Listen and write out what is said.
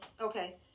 Okay